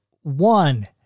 one